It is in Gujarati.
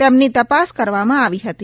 તેમની તપાસ કરવામા આવી હતી